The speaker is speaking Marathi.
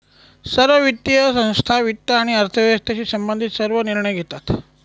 सर्व वित्तीय संस्था वित्त आणि अर्थव्यवस्थेशी संबंधित सर्व निर्णय घेतात